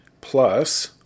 plus